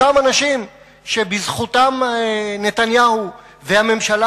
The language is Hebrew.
אותם אנשים שבזכותם נתניהו והממשלה